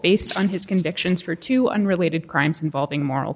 based on his convictions for two unrelated crimes involving moral